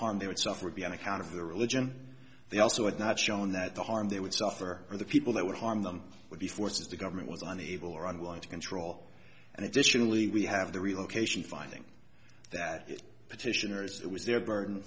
harm they would suffer be on account of their religion they also had not shown that the harm they would suffer or the people that would harm them would be forces the government was unable or unwilling to control and additionally we have the relocation finding that it petitioners that was their burden